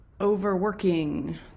overworking